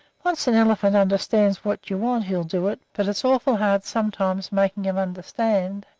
once an elephant understands what you want he'll do it, but it's awful hard sometimes making em understand.